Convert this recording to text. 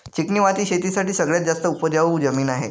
चिकणी माती शेती साठी सगळ्यात जास्त उपजाऊ जमीन आहे